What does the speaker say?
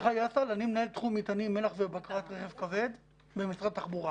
מנהל תחום מטענים מל"ח ובקרת רכב כבד במשרד התחבורה.